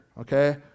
okay